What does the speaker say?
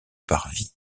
parvis